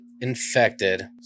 Infected